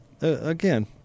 Again